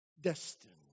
destined